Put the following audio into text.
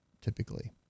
typically